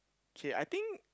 okay I think